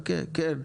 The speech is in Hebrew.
תחכה, כן.